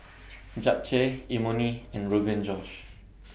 Japchae Imoni and Rogan Josh